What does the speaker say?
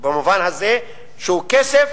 במובן הזה שהוא כסף